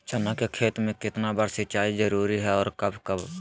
चना के खेत में कितना बार सिंचाई जरुरी है और कब कब?